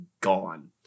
gone